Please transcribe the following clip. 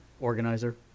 organizer